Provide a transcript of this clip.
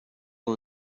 اون